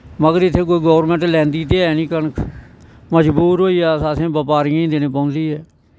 मगर इत्थें कोई गौरमैंट लैंदी त् है नी कनक मजबूर होइयै असें बपारियें गी देनी पौंदी ऐ